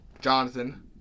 Jonathan